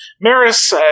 Maris